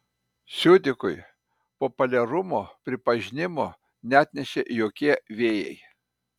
siudikui populiarumo pripažinimo neatnešė jokie vėjai